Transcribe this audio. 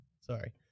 Sorry